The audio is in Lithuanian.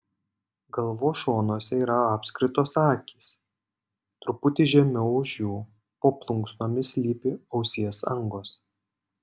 galvos šonuose yra apskritos akys truputį žemiau už jų po plunksnomis slypi ausies angos